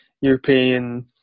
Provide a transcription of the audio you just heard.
European